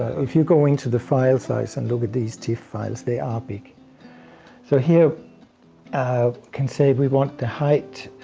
if you go into the file size and look at these tif files they are big so here we can say we want the height,